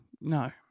No